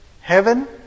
heaven